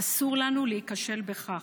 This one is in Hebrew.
ואסור לנו להיכשל בכך.